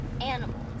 animals